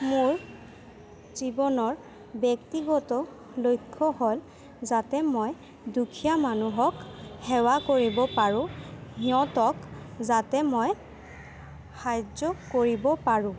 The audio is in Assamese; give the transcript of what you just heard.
মোৰ জীৱনৰ ব্যক্তিগত লক্ষ্য হ'ল যাতে মই দুখীয়া মানুহক সেৱা কৰিব পাৰোঁ সিহঁতক যাতে মই সাহাৰ্য কৰিব পাৰোঁ